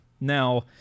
now